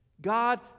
God